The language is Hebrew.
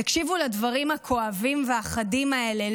תקשיבו לדברים הכואבים והחדים האלה.